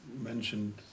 mentioned